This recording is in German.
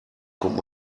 kommt